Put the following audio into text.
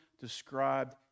described